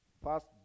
first